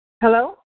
Hello